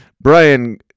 Brian